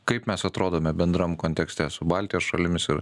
kaip mes atrodome bendram kontekste su baltijos šalimis ir